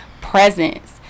presence